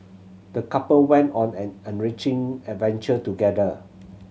the couple went on an enriching adventure together